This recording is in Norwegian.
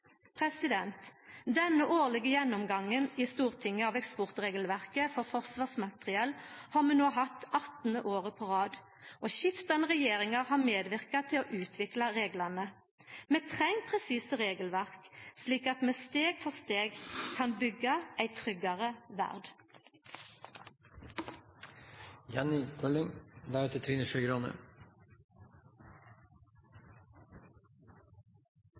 Denne årlege gjennomgangen i Stortinget av eksportregelverket for forsvarsmateriell har vi no hatt 18 år på rad, og skiftande regjeringar har medverka til å utvikla reglane. Vi treng presise regelverk, slik at vi steg for steg kan byggja ei tryggare